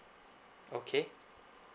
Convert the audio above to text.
okay